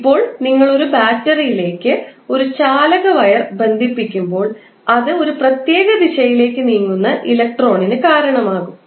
ഇപ്പോൾ നിങ്ങൾ ഒരു ബാറ്ററിയിലേക്ക് ഒരു ചാലക വയർ ബന്ധിപ്പിക്കുമ്പോൾ അത് ഒരു പ്രത്യേക ദിശയിലേക്ക് നീങ്ങുന്ന ഇലക്ട്രോണിന് കാരണമാകും